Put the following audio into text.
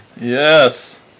Yes